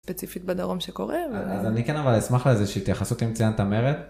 ספציפית בדרום שקורה.אז אני כן אבל אשמח לאיזושהי התייחסות עם ציינת המרד.